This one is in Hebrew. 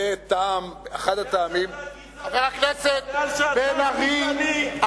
זה אחד הטעמים, כי אתה גזעני.